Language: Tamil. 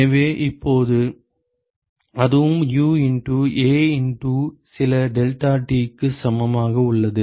எனவே இப்போது அதுவும் U இண்டு A இண்டு சில டெல்டாடி க்கு சமமாக உள்ளது